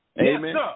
Amen